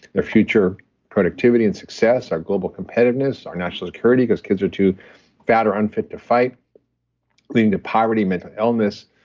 their future productivity and success, our global competitiveness, our national security because kids are too fat or unfit to fight leading to poverty, mental illness,